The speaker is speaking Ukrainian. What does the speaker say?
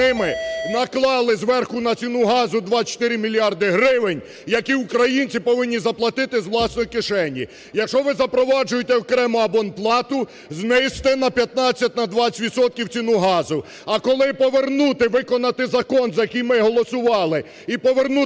з ними, наклали зверху на ціну газу 24 мільярди гривень, які українці повинні заплатити з власної кишені. Якщо ви запроваджуєте окремо абонплату, знизьте на 15-20 відсотків ціну газу, а коли повернути, виконати закон, за який ми голосували, і повернути